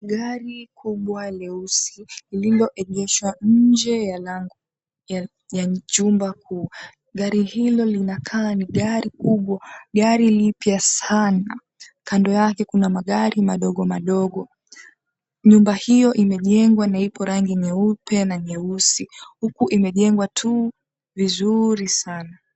Gari kubwa leusi lililoegeshwa nje ya lango ya jumba kuu. Gari hilo linakaa ni gari kubwa gari lipya sana. Kando yake kuna magari madogo madogo. Nyumba hiyo imejengwa na ipo rangi nyeupe na nyeusi huku imejengwa tu vizuri sana.